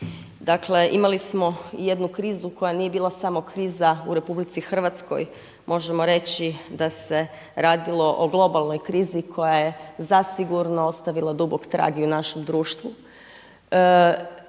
Dakle imali smo jednu krizu koja nije bila samo kriza u RH, možemo reći da se radilo o globalnoj krizi koja je zasigurno ostavila i dubok trag i u našem društvu.